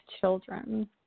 children